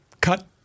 cut